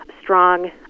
strong